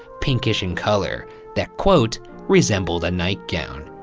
pinkish in color that resembled a nightgown.